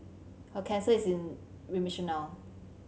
her cancer is in remission now